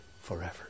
forever